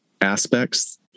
aspects